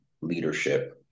leadership